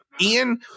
Ian